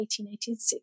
1886